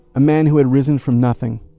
a man who had risen from nothing.